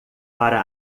para